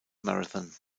marathon